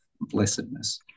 blessedness